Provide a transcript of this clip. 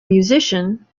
musician